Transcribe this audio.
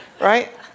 right